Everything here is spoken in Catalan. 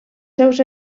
seus